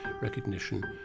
recognition